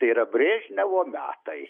tai yra brežnevo metai